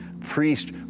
Priest